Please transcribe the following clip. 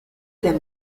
del